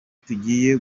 tugiye